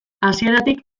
hasieratik